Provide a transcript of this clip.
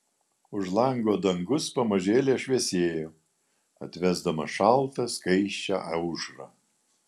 už lango dangus pamažėle šviesėjo atvesdamas šaltą skaisčią aušrą